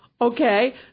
Okay